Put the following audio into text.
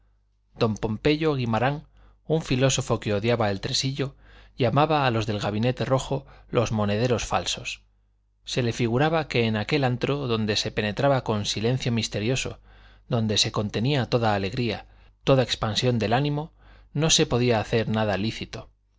don pompeyo guimarán un filósofo que odiaba el tresillo llamaba a los del gabinete rojo los monederos falsos se le figuraba que en aquel antro donde se penetraba con silencio misterioso donde se contenía toda alegría toda expansión del ánimo no se podía hacer nada lícito